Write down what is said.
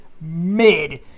mid